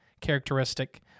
characteristic